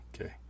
Okay